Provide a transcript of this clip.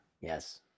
Yes